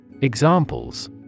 Examples